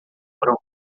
foram